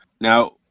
Now